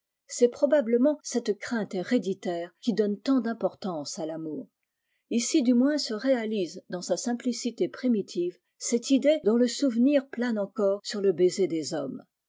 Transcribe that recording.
c'est probablement cette crainte héréditaire qui donne tant d'importance à ramouî ici du moins se réalise dans sa simplicité pr mitive cette idée dont le souvenir plane et core sur le baiser des hommes